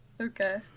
Okay